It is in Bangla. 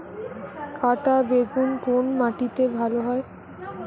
কাঁটা বেগুন কোন মাটিতে ভালো হয়?